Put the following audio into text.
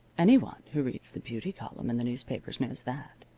anyone who reads the beauty column in the newspapers knows that.